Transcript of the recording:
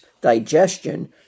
digestion